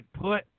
put